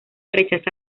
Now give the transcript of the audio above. rechaza